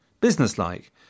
businesslike